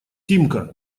симка